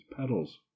petals